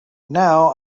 now